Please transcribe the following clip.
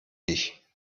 dich